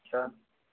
अच्छा